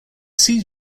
siege